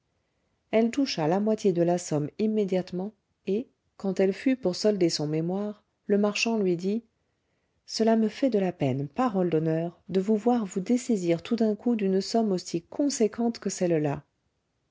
elle toucha la moitié de la somme immédiatement et quand elle fut pour solder son mémoire le marchand lui dit cela me fait de la peine parole d'honneur de vous voir vous dessaisir tout d'un coup d'une somme aussi conséquente que cellelà